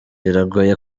biragoye